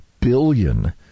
billion